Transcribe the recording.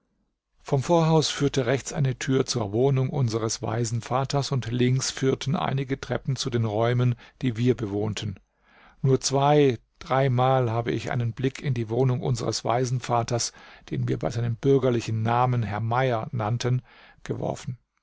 vom vorhaus führte rechts eine tür zur wohnung unseres waisenvaters und links führten einige treppen zu den räumen die wir bewohnten nur zwei dreimal habe ich einen blick in die wohnung unseres waisenvaters den wir bei seinem bürgerlichen namen herr mayer nannten geworfen